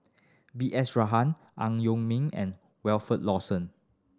B S Rajhan Ang Yong Ming and Wilfed Lawson